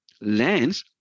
lands